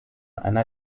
einer